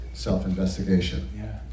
Self-investigation